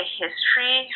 history